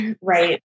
Right